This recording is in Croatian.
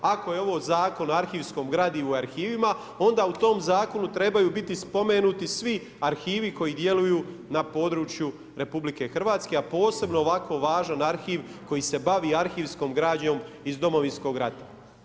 Ako je ovo Zakon o arhivskom gradivo u arhivima, onda u tom zakonu trebaju biti spomenuti svi arhivi koji djeluju na području RH, a posebno ovako važan arhiv koji se bavi arhivskom građom iz Domovinskog rata.